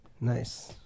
Nice